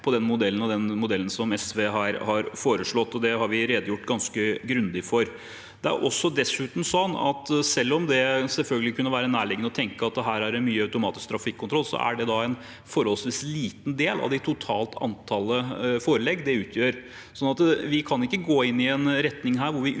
og den modellen som SV har foreslått. Det har vi redegjort ganske grundig for. Det er dessuten også slik at selv om det selvfølgelig kunne være nærliggende å tenke at det er mye automatisk trafikkontroll, utgjør det en forholdsvis liten del av det totale antallet forelegg. Vi kan ikke gå i en retning hvor vi